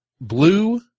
blue